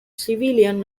civilian